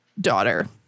daughter